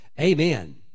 Amen